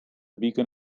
beacon